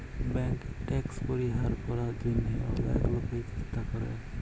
ব্যাংকে ট্যাক্স পরিহার করার জন্যহে অলেক লোকই চেষ্টা করে